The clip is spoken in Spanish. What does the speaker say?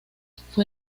fue